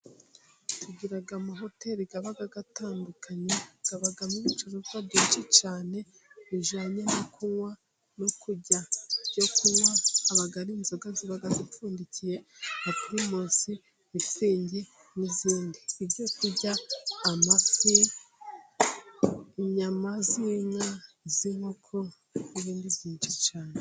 Tugira amahoteri aba atandukanye, abamo ibicuruzwa byinshi cyane bijyananye: no kunywa, no kurya, ibyo kunywa aba ari inzoga ziba zipfundikiye nka pirimusi, mitsingi n'izindi. Ibyo turya: amafi, inyama z'inka, iz'inkoko n'ibindi byinshi cyane.